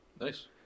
nice